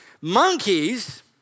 Monkeys